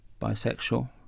bisexual